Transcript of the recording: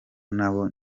nabo